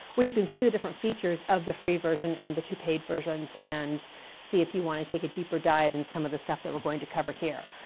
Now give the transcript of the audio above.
where you can see the different features of the free version and the two paid versions and see if you want to take a deeper dive in some of the stuff that we're going to cover here.